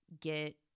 get